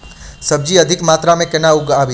सब्जी अधिक मात्रा मे केना उगाबी?